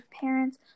parents